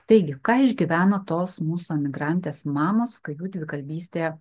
taigi ką išgyvena tos mūsų emigrantės mamos kai jų dvikalbystė